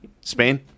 Spain